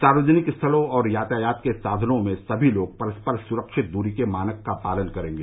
सार्वजनिक स्थलों और यातायात के साधनों में सभी लोग परस्पर सुरक्षित दूरी के मानक का पालन करेंगे